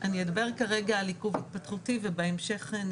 אני אדבר כרגע על עיכוב התפתחותי ובהמשך אני